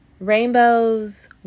rainbows